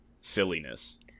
silliness